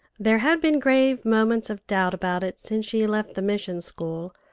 there had been grave moments of doubt about it since she left the mission-school,